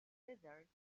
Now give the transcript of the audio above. lizards